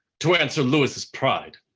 to answer lewis' pride.